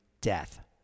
Death